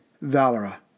Valera